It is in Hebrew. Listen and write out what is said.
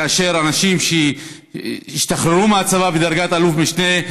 אנשים שהשתחררו מהצבא בדרגת אלוף משנה,